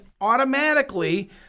automatically